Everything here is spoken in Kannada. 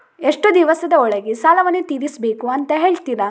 ಎಷ್ಟು ದಿವಸದ ಒಳಗೆ ಸಾಲವನ್ನು ತೀರಿಸ್ಬೇಕು ಅಂತ ಹೇಳ್ತಿರಾ?